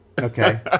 Okay